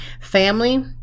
family